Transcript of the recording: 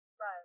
Right